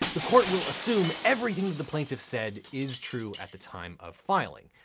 the court will assume everything that the plaintiff said is true at the time of filing.